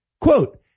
Quote